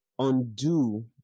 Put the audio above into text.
undo